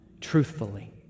truthfully